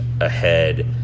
ahead